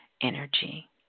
energy